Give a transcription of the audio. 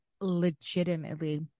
legitimately